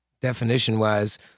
definition-wise